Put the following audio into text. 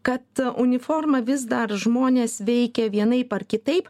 kad uniforma vis dar žmonės veikia vienaip ar kitaip